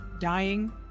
dying